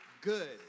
good